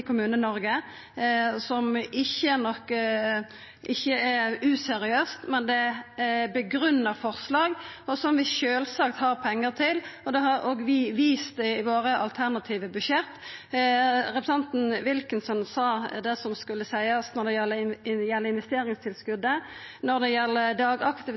som ikkje er useriøse, men er grunngitte forslag, og som vi sjølvsagt har pengar til. Det har vi òg vist i dei alternative budsjetta våre. Representanten Wilkinson sa det som skulle seiast når det gjeld investeringstilskotet. Når det gjeld dagaktivitetsplassane, har vi løyvd pengar i det